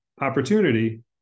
opportunity